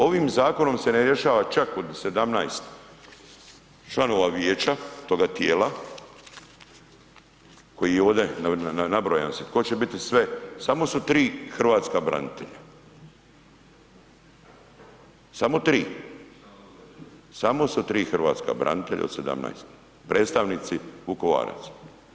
Ovim zakonom se ne rješava čak od 17 članova vijeća toga tijela koji je ovde nabrojan tko će biti sve samo su 3 hrvatska branitelja, samo 3, samo su 3 hrvatska branitelja od 17 predstavnici Vukovaraca.